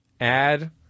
Add